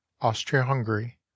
Austria-Hungary